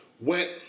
went